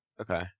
Okay